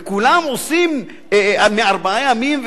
וכולם עושים מארבעה ימים?